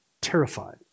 Terrified